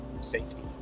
safety